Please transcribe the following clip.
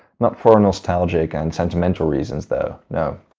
not for nostalgic and sentimental reasons, though. no,